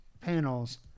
panels